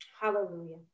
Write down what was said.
Hallelujah